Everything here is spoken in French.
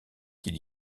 qu’il